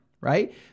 right